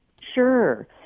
Sure